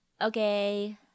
Okay